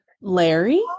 Larry